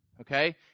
Okay